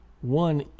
one